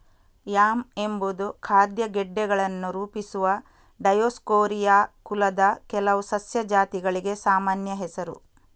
yam ಎಂಬುದು ಖಾದ್ಯ ಗೆಡ್ಡೆಗಳನ್ನು ರೂಪಿಸುವ ಡಯೋಸ್ಕೋರಿಯಾ ಕುಲದ ಕೆಲವು ಸಸ್ಯ ಜಾತಿಗಳಿಗೆ ಸಾಮಾನ್ಯ ಹೆಸರು